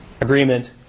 agreement